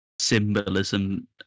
symbolism